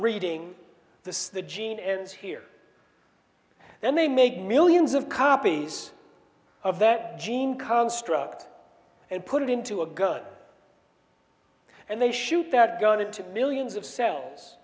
reading the the gene ends here then they make millions of copies of that gene construct and put it into a gun and they shoot that gun into millions of cells